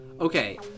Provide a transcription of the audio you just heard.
Okay